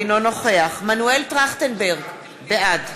אינו נוכח מנואל טרכטנברג, בעד